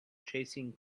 chasing